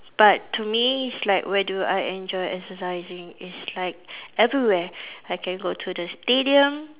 but to me it's like where do I enjoy exercising it's like everywhere I can go to the stadium